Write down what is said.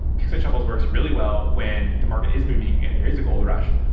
picks and shovels works really well when the market is booming and there is a gold rush,